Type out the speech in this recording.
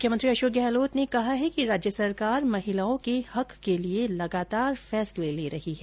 मुख्यमंत्री अशोक गहलोत ने कहा है राज्य सरकार महिलाओं के हक के लिए लगातार फैसले ले रही है